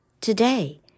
today